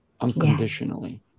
unconditionally